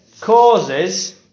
causes